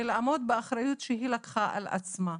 ולעמוד באחריות שהיא לקחה על עצמה.